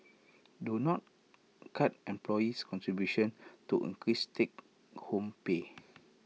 do not cut employee's contributions to increase take home pay